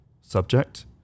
subject